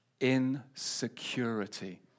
Insecurity